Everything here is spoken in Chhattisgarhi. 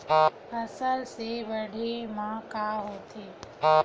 फसल से बाढ़े म का होथे?